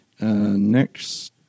Next